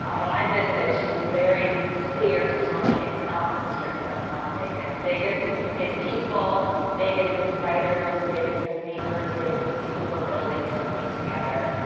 when i visited, she was very clear to tell me it's not the strip. that's not vegas. vegas is people. vegas is writers. vegas is neighbors. vegas is people who are building something together.